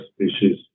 species